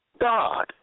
God